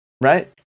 Right